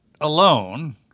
alone